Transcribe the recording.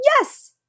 Yes